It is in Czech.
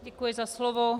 Děkuji za slovo.